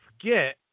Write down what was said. forget